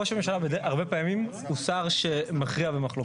ראש הממשלה הרבה פעמים הוא שר שמכריע במחלוקות.